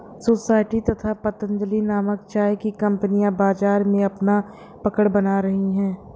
society तथा पतंजलि नामक चाय की कंपनियां बाजार में अपना पकड़ बना रही है